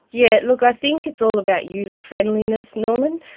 yeah look, i think it's all about user friendliness, norman.